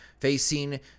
facing